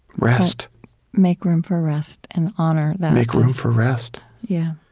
rest make room for rest and honor that make room for rest yeah